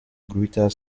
greater